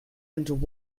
and